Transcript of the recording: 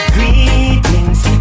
Greetings